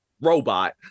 robot